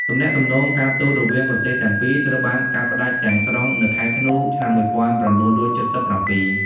ទំនាក់ទំនង ការទូតរវាងប្រទេសទាំងពីរត្រូវបានកាត់ផ្តាច់ទាំងស្រុងនៅខែធ្នូ ឆ្នាំ១៩៧៧។